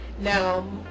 Now